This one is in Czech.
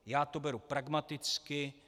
Já to beru pragmaticky.